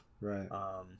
right